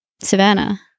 Savannah